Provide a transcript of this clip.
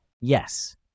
Yes